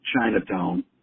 Chinatown